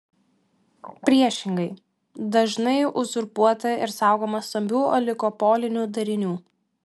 priešingai dažnai uzurpuota ir saugoma stambių oligopolinių darinių